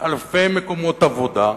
אלפי מקומות עבודה.